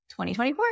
2024